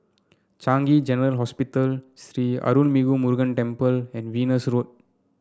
Changi General Hospital Sri Arulmigu Murugan Temple and Venus Road